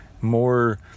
more